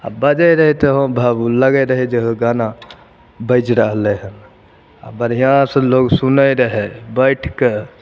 आ बजै रहै तऽ ओ बाबू लगै रहै जे ओ गाना बाजि रहलै हन आ बढ़िऑंसे लोग सुनै रहै बैठके